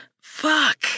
fuck